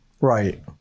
Right